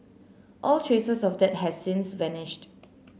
all traces of that have since vanished